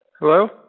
Hello